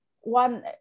one